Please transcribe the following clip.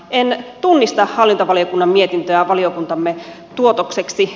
en tunnista hallintovaliokunnan mietintöä valiokuntamme tuotokseksi